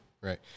Right